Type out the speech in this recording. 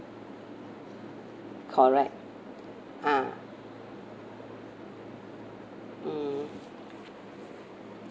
correct ah mm